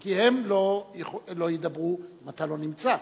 כי הם לא ידברו אם אתה לא נמצא,